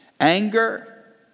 anger